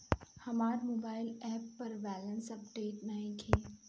हमार mobile app पर balance update नइखे